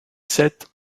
sept